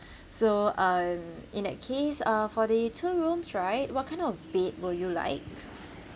so um in that case uh for the two room right what kind of bed will you like